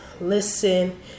listen